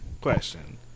Question